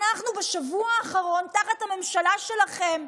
אנחנו בשבוע האחרון, תחת הממשלה שלכם,